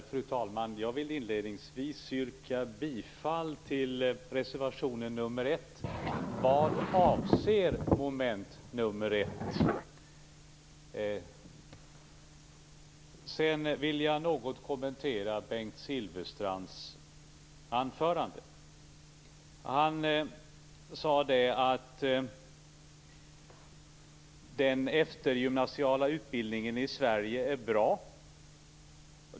Fru talman! Jag vill inledningsvis yrka bifall till reservation nr 1 vad avser mom. nr 1. Sedan vill jag något kommentera Bengt Silfverstrands anförande. Han sade att den eftergymnasiala utbildningen i Sverige är bra.